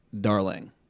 Darling